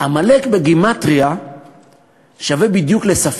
"עמלק" בגימטריה שווה בדיוק ל"ספק".